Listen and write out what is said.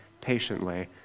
patiently